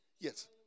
Yes